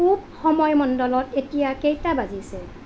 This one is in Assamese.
পূব সময় মণ্ডলত এতিয়া কেইটা বাজিছে